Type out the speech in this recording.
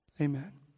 Amen